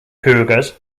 cougars